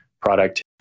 product